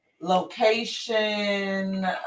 Location